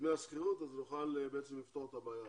דמי השכירות ואז נוכל בעצם לפתור את הבעיה.